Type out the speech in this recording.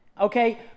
okay